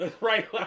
right